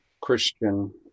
Christian